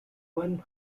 one